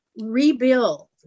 rebuild